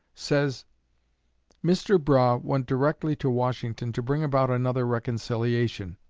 says mr. brough went directly to washington to bring about another reconciliation.